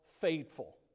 faithful